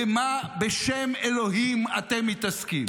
במה בשם אלוהים אתם מתעסקים?